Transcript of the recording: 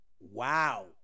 Wow